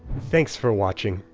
thanks for watching.